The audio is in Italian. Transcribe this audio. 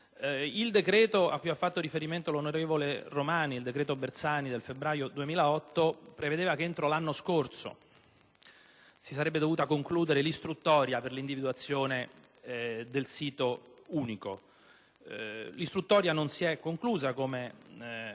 Romani ha fatto riferimento al decreto Bersani del febbraio 2008, il quale prevedeva che entro l'anno scorso si sarebbe dovuta concludere l'istruttoria per l'individuazione del sito unico. L'istruttoria non si è conclusa, come